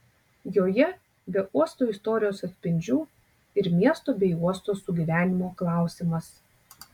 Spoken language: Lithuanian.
joje be uosto istorijos atspindžių ir miesto bei uosto sugyvenimo klausimas